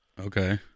okay